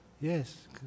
Yes